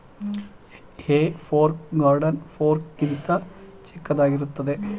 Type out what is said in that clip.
ಹೇ fork garden fork ಗಿಂತ ಚಿಕ್ಕದಾಗಿರುತ್ತದೆ